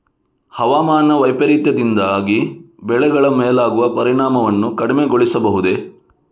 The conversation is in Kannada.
ಹವಾಮಾನ ವೈಪರೀತ್ಯದಿಂದಾಗಿ ಬೆಳೆಗಳ ಮೇಲಾಗುವ ಪರಿಣಾಮವನ್ನು ಕಡಿಮೆಗೊಳಿಸಬಹುದೇ?